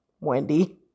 Wendy